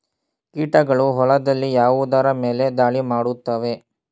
ಕೀಟಗಳು ಹೊಲದಲ್ಲಿ ಯಾವುದರ ಮೇಲೆ ಧಾಳಿ ಮಾಡುತ್ತವೆ?